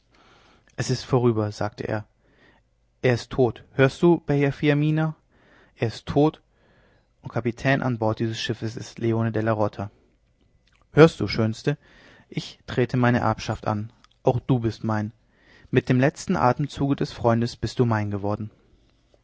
es ist vorüber sagt er er ist tot hörst du bella fiamminga er ist tot und kapitän an bord dieses schiffes ist leone della rota hörst du schönste ich trete meine erbschaft an auch du bist mein mit dem letzten atemzuge des freundes bist du mein geworden